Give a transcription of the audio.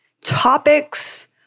topics